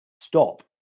Stop